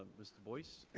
mr. boyce,